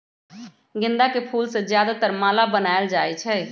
गेंदा के फूल से ज्यादातर माला बनाएल जाई छई